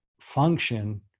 function